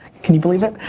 can you believe it?